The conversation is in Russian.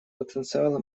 потенциал